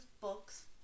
books